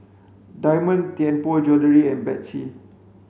Diamond Tianpo Jewellery and Betsy